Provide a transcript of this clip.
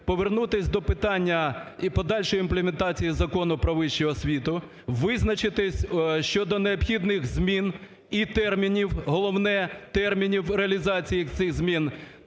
повернутися до питання і подальшої імплементації Закону про вищу освіту, визначитися щодо необхідних змін і термінів, головне – термінів реалізації цих змін.